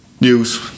news